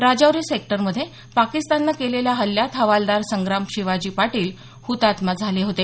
राजौरी सेक्टरमध्ये पाकिस्ताननं केलेल्या हल्ल्यात हवालदार संग्राम शिवाजी पाटील हुतात्मा झाले होते